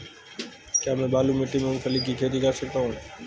क्या मैं बालू मिट्टी में मूंगफली की खेती कर सकता हूँ?